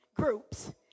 groups